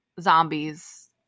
zombies